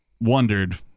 wondered